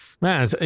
Man